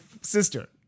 sister